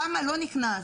תמ"א לא נכנס,